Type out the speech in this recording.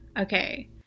Okay